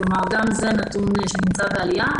כלומר גם זה נתון שנמצא בעלייה.